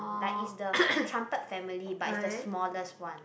like is the trumpet family but is the smallest one